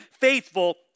faithful